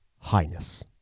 Highness